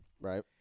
Right